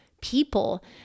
people